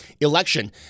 election